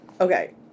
Okay